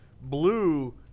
blue